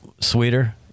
sweeter